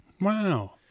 Wow